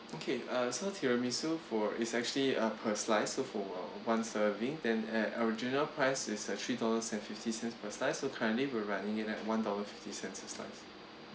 okay uh so tiramisu for is actually uh per slice so for one serving then our original price is uh three dollars and fifty cents per slice so currently were running in at one dollar fifty cents a slice